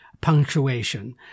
punctuation